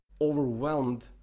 overwhelmed